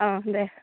औ दे